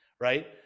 right